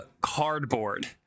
cardboard